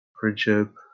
Friendship